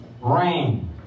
Rain